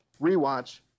rewatch